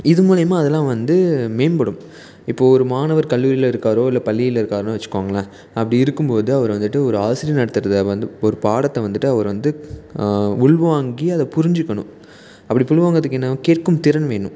இது மூலிமா அதெலாம் வந்து மேம்படும் இப்போ ஒரு மாணவர் கல்வியில் இருக்காரோ இல்லை பள்ளியில் இருக்கார்ன்னு வச்சுக்கோங்களேன் அப்படி இருக்கும் போது அவர் வந்துட்டு ஒரு ஆசிரியர் நடத்துகிறத வந்து ஒரு பாடத்தை வந்துட்டு அவர் வந்து உள்வாங்கி அதை புரிஞ்சிக்கணும் அப்படி உள்வாங்கிறதுக்கு என்ன வேணும் கேட்கும் திறன் வேணும்